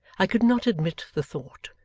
i could not admit the thought,